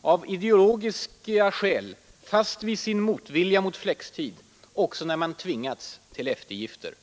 av ideologiska skäl fast vid sin motvilja mot flextid också när man tvingas till eftergifter?